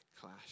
clash